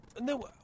No